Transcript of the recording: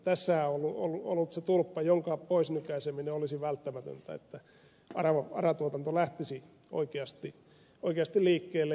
tässä on ollut se tulppa jonka pois nykäiseminen olisi välttämätöntä että ara tuotanto lähtisi oikeasti liikkeelle